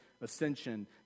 ascension